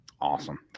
Awesome